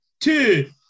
Two